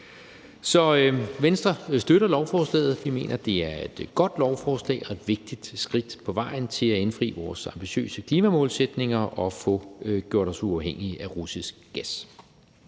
Venstre støtter lovforslaget. Vi mener, det er et godt lovforslag og et vigtigt skridt på vejen til at indfri vores ambitiøse klimamålsætninger og få gjort os uafhængig af russisk gas.